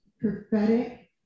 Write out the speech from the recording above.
prophetic